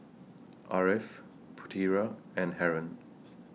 Ariff Putera and Haron